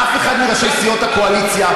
אף אחד מראשי סיעות הקואליציה.